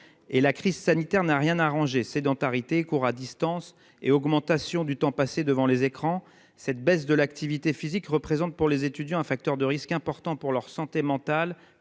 la crise sanitaire n'a rien arrangé : sédentarité, cours à distance, augmentation du temps passé devant les écrans. Cette baisse de l'activité physique représente un facteur de risque important pour la santé mentale,